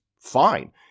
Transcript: fine